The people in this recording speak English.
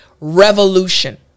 revolution